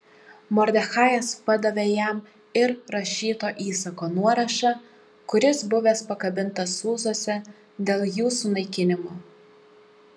mordechajas padavė jam ir rašyto įsako nuorašą kuris buvęs pakabintas sūzuose dėl jų sunaikinimo